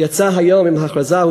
יצא היום בהכרזה.